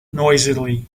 noisily